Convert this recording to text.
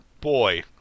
Boy